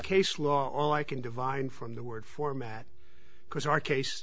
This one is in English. case law all i can divine from the word format because our case